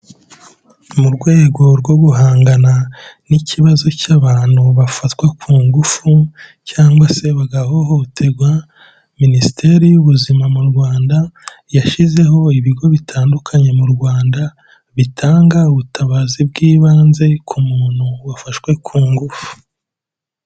Mu rwego rwo guhangana n'ikibazo cy'abantu bafatwa ku ngufu cyangwa se bagahohoterwa Minisiteri y'Ubuzima mu Rwanda, yashyizeho ibigo bitandukanye mu Rwanda bitanga ubutabazi bw'ibanze ku muntu wafashwe ku ngufu.